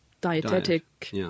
Dietetic